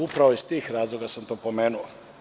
Upravo iz tih razloga sam to pomenuo.